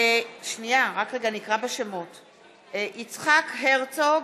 (קוראת בשם חבר הכנסת) יצחק הרצוג,